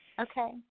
Okay